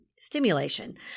stimulation